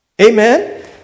Amen